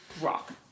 rock